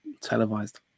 televised